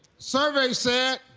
survey said.